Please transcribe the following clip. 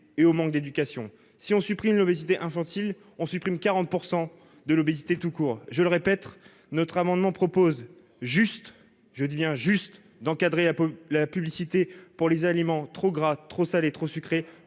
et au manque d'éducation. Si l'on supprime l'obésité infantile, on supprime 40 % de l'obésité tout court ! Je le répète, notre amendement vise juste- juste ! -à encadrer quelque peu la publicité pour les aliments trop gras, trop salés, trop sucrés